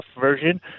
version